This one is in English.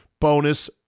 bonus